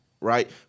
right